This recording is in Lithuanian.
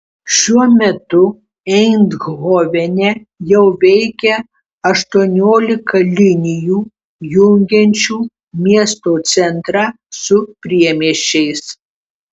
šiuo metu eindhovene jau veikia aštuoniolika linijų jungiančių miesto centrą su priemiesčiais